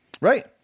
Right